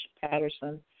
Patterson